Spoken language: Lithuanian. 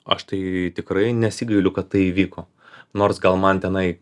aš tai tikrai nesigailiu kad tai įvyko nors gal man tenai